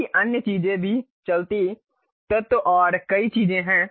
कई अन्य चीजें भी चलती तत्त्व और कई चीजें हैं